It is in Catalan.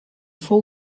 fou